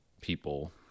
people